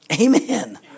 Amen